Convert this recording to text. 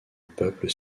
peuple